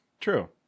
True